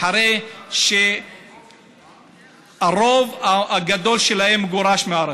אחרי שהרוב הגדול מהם גורש מהארץ.